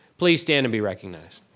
please stand and be recognized.